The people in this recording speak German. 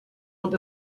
und